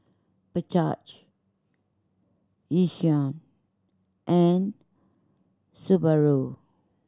Bajaj Yishion and Subaru